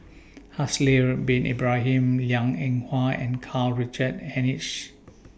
Haslir Bin Ibrahim Liang Eng Hwa and Karl Richard Hanitsch